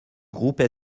groupe